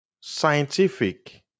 scientific